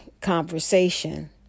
conversation